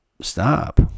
stop